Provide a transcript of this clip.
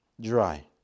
dry